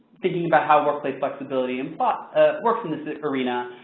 thinking about how workplace flexibility and ah works in this arena,